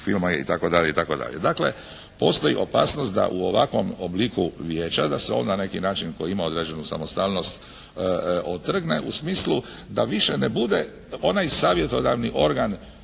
itd. itd. Dakle postoji opasnost da u ovakvom obliku vijeća da se on na neki način tko ima određenu samostalnost otrgne u smislu da više ne bude onaj savjetodavni organ